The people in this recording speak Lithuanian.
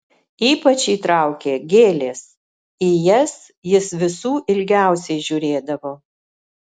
ypač jį traukė gėlės į jas jis visų ilgiausiai žiūrėdavo